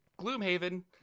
gloomhaven